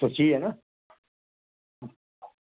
ऐ ना